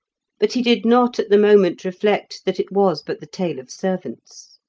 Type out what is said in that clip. but he did not at the moment reflect that it was but the tale of servants.